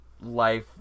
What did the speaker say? life